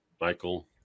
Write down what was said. Michael